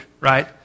right